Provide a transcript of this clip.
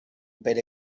pere